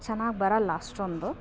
ಚೆನ್ನಾಗ್ ಬರೊಲ್ಲ ಅಷ್ಟೊಂದು